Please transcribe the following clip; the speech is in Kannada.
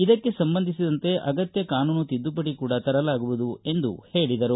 ಇದಕ್ಕೆ ಸಂಬಂಧಿಸಿದಂತೆ ಅಗತ್ಯ ಕಾನೂನು ತಿದ್ದುಪಡಿ ಕೂಡಾ ತರಲಾಗುವುದು ಎಂದು ಹೇಳಿದರು